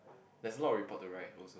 there's a lot of report to write also